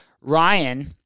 Ryan